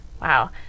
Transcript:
Wow